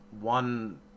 one